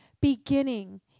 beginning